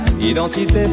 identité